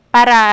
Para